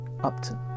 Upton